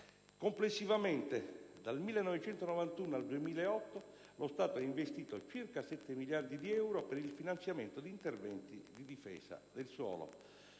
Complessivamente, dal 1991 al 2008, lo Stato ha investito circa 7 miliardi di euro per il finanziamento di interventi di difesa del suolo.